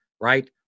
right